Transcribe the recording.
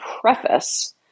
preface